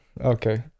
Okay